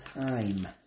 time